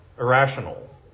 irrational